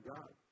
God